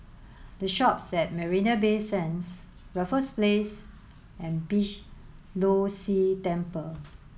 the Shoppes at Marina Bay Sands Raffles Place and Beeh Low See Temple